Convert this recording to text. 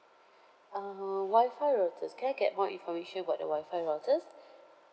uh wi-fi routers can I get more information about the wi-fi routers